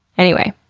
anyway,